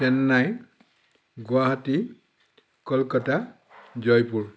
Chennai Guwahati Kolkata Jaipur